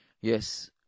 Yes